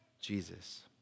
Jesus